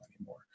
anymore